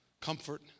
comfort